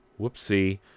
Whoopsie